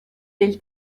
del